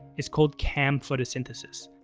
it's called cam photosynthesis.